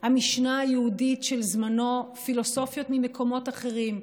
המשנה היהודית של זמנו פילוסופיות ממקומות אחרים,